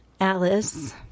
Alice